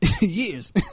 years